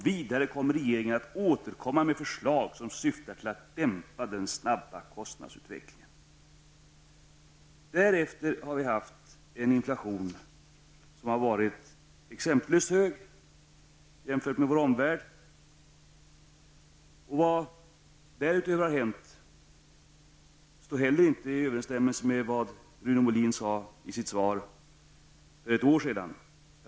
Vidare skulle regeringen återkomma med förslag som syftade till att dämpa den snabba kostnadsutvecklingen. Därefter har vi haft en inflation som har varit exempellöst hög i jämförelse med den i vår omvärld. Vad som därutöver har hänt står heller inte i överensstämmelse med vad Rune Molin sade i sitt svar för ett år sedan.